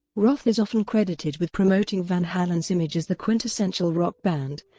roth is often credited with promoting van halen's image as the quintessential rock band,